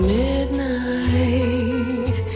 midnight